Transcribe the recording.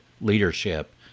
leadership